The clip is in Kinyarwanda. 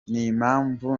n’impamvu